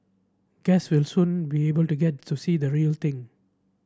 guests will soon we able to get to see the real thing